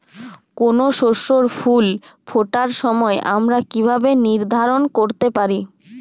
কোনো শস্যের ফুল ফোটার সময় আমরা কীভাবে নির্ধারন করতে পারি?